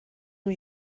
new